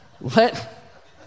Let